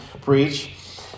preach